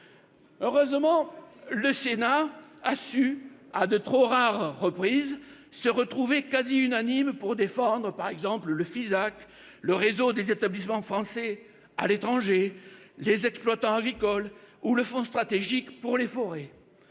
Heureusement, le Sénat a su, mais à de trop rares reprises, défendre à la quasi-unanimité le FISAC, le réseau des établissements français à l'étranger, les exploitants agricoles ou le Fonds stratégique pour les forêts.